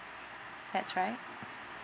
that's right